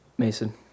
Mason